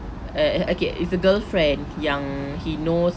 err uh okay it's a girlfriend yang he knows